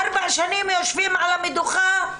ארבע שנים יושבים על המדוכה?